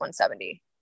170